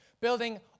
Building